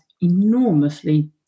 enormously